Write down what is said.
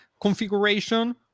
configuration